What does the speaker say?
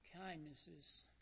kindnesses